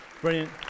Brilliant